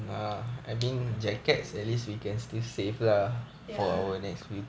ya